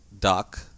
duck